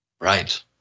Right